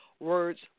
words